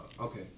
okay